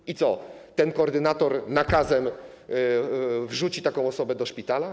I co, ten koordynator nakazem wrzuci taką osobę do szpitala?